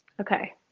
Okay